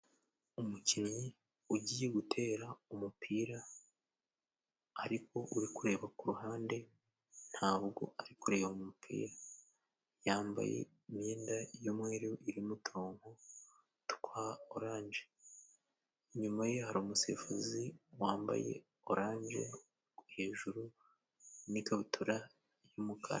Umukinnyi ugiye gutera umupira ariko uri kureba ku ruhande ntabwo ari kureba umupira. Yambaye imyenda y'umweru irimo utuntu twa oranje inyuma ye hari umusifuzi wambaye oranje hejuru, n'ikabutura y'umukara.